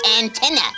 antenna